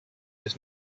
was